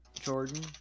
Jordan